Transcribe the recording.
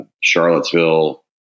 Charlottesville